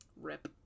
rip